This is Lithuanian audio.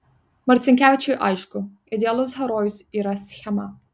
marcinkevičiui aišku idealus herojus yra schema